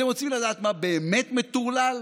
אתם רוצים לדעת מה באמת מטורלל?